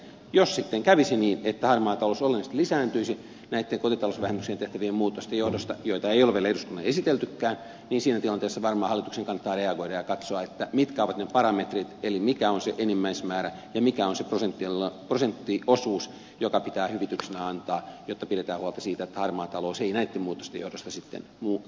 jos sitten kävisi niin että harmaa talous olennaisesti lisääntyisi näitten kotitalousvähennykseen tehtävien muutosten johdosta joita ei ole vielä eduskunnalle esiteltykään niin siinä tilanteessa varmaan hallituksen kannattaa reagoida ja katsoa mitkä ovat ne parametrit eli mikä on se enimmäismäärä ja mikä on se prosenttiosuus joka pitää hyvityksenä antaa jotta pidetään huolta siitä että harmaa talous ei näitten muutosten johdosta sitten lisääntyisi